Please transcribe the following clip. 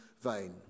vain